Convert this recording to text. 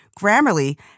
Grammarly